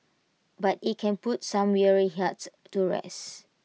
but IT can put some weary hearts to rest